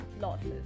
losses